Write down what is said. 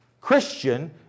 Christian